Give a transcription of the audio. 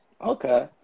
okay